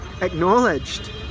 acknowledged